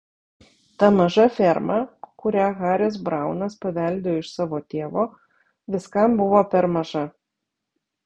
ta maža ferma kurią haris braunas paveldėjo iš savo tėvo viskam buvo per maža